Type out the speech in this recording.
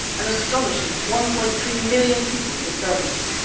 an astonishing one point three million people were servants.